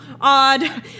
odd